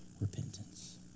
repentance